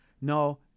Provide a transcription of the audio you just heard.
No